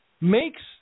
makes